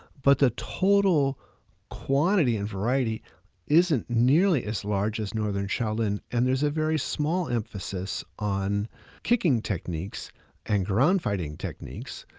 but the total quantity and variety isn't nearly as large as northern shaolin and there's a very small emphasis on kicking techniques and ground fighting techniques,